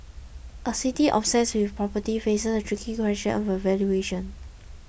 a city obsessed with property faces a tricky question about valuation